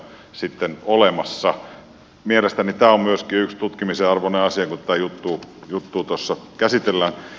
mielestäni tämä on myöskin yksi tutkimisen arvoinen asia kun tätä juttua tuossa käsitellään